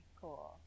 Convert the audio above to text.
cool